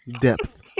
Depth